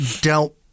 dealt